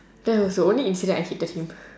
that was the only incident I hated him